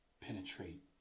penetrate